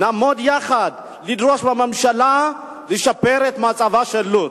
נעמוד יחד לדרוש מהממשלה לשפר את מצבה של לוד.